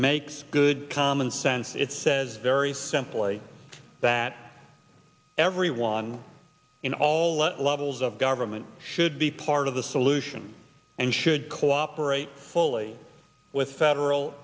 makes good common sense it says very simply that everyone in all levels of government should be part of the solution and should cooperate fully with federal